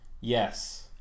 Yes